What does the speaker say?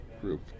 group